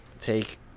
take